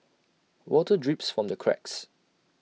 water drips from the cracks